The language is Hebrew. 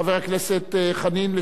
חבר הכנסת חנין,